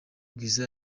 bwiza